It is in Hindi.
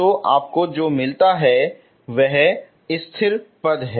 तो आपको जो मिलता है वह स्थिर पद है